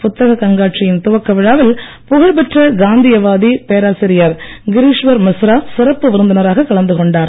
புத்தகக் கண்காட்சியின் துவக்க விழாவில் புகழ்பெற்ற காந்தியவாதி பேராசிரியர் கிரீஷ்வர் மிஸ்ரா சிறப்பு விருந்தனராகக் கலந்துகொண்டார்